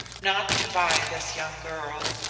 not to buy this young girl.